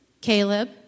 Caleb